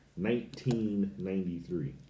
1993